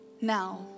Now